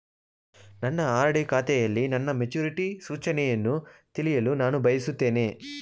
ನನ್ನ ಆರ್.ಡಿ ಖಾತೆಯಲ್ಲಿ ನನ್ನ ಮೆಚುರಿಟಿ ಸೂಚನೆಯನ್ನು ತಿಳಿಯಲು ನಾನು ಬಯಸುತ್ತೇನೆ